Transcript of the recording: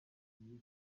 yasuye